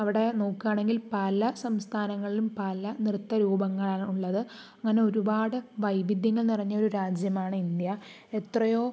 അവിടെ നോക്കുകയാണെങ്കിൽ പല സംസ്ഥാനങ്ങളിലും പല നൃത്തരൂപങ്ങളാണ് ഉള്ളത് അങ്ങനെ ഒരുപാട് വൈവിധ്യങ്ങൾ നിറഞ്ഞ ഒരു രാജ്യമാണ് ഇന്ത്യ എത്രയോ